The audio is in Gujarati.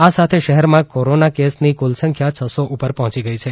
આ સાથે શહેરમાં કોરોના કેસની કુલ સંખ્યા છ સો ઉપર પહોચી ગઈ છે